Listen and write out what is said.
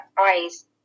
eyes